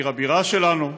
עיר הבירה שלנו,